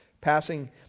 passing